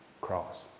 cross